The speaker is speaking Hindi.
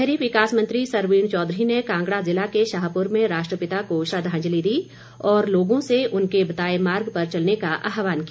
शहरी विकास मंत्री सरवीण चौधरी ने कांगड़ा ज़िला के शाहपुर में राष्ट्रपिता को श्रद्धांजलि दी और लोगों से उनके बताए मार्ग पर चलने का आहवान किया